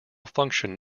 function